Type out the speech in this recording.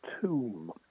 tomb